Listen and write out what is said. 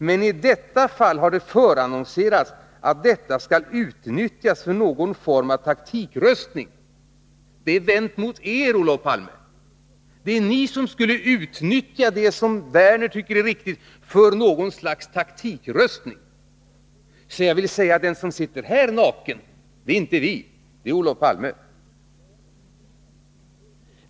Men i detta fall har det förannonserats att detta skall utnyttjas för någon form av taktikröstning ——-.” Det är vänt mot er, Olof Palme! Det är ni som skulle utnyttja den ordning som Lars Werner tycker är riktig för något slags taktikröstning! Den som sitter här naken — det är inte vi; det är Olof Palme!